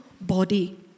body